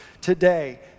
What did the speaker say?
today